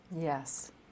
Yes